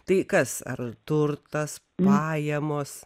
tai kas ar turtas pajamos